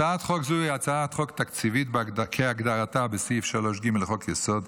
הצעת חוק זו היא הצעת חוק תקציבית כהגדרתה בסעיף 3ג לחוק-יסוד: